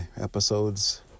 episodes